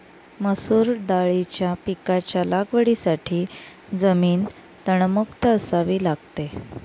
मसूर दाळीच्या पिकाच्या लागवडीसाठी जमीन तणमुक्त असावी लागते